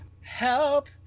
help